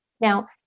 Now